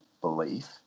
belief